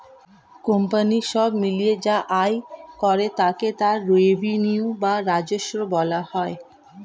company সব মিলিয়ে যা আয় করে তাকে তার রেভিনিউ বা রাজস্ব বলা হয়